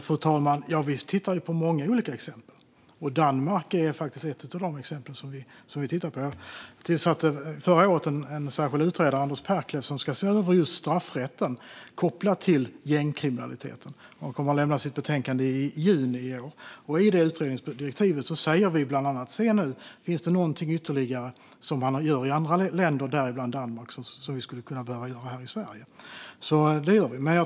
Fru talman! Vi tittar på många olika exempel. Danmark är ett av de exempel som vi tittar på. Vi tillsatte förra året en särskild utredare, Anders Perklev, som ska se över just straffrätten kopplat till gängkriminaliteten. Han kommer att lämna sitt betänkande i juni i år. I utredningsdirektivet säger vi bland annat att utredningen ska se efter om det finns någonting som man gör ytterligare i andra länder, däribland Danmark, som vi skulle kunna behöva göra här i Sverige. Det gör vi.